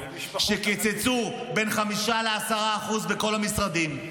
כשהיום קיצצו בין 5% ל-10% בכל המשרדים,